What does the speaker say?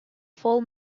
full